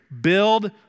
Build